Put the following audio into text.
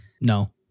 No